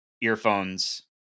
earphones